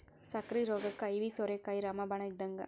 ಸಕ್ಕ್ರಿ ರೋಗಕ್ಕ ಐವಿ ಸೋರೆಕಾಯಿ ರಾಮ ಬಾಣ ಇದ್ದಂಗ